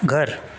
घर